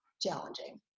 challenging